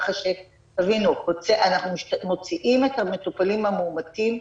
כך שתבינו, אנחנו מוציאים את המטופלים המאומתים,